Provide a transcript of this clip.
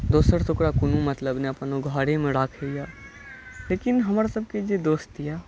दोसरसँ ओकरा कोनो मतलब नहि अपन ओ घरेमे राखै यऽ लेकिन हमर सबके जे दोस्त यऽ